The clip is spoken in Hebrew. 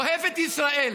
אוהבת ישראל,